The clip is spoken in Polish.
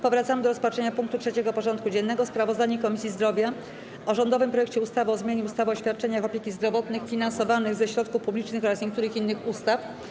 Powracamy do rozpatrzenia punktu 3. porządku dziennego: Sprawozdanie Komisji Zdrowia o rządowym projekcie ustawy o zmianie ustawy o świadczeniach opieki zdrowotnej finansowanych ze środków publicznych oraz niektórych innych ustaw.